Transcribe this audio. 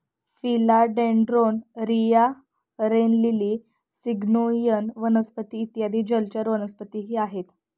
फिला dendron, रिया, rain lily, syngonium वनस्पती इत्यादी जलचर वनस्पतीही आहेत